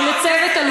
אין לכם גבולות,